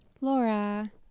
laura